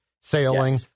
sailing